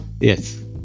Yes